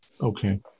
Okay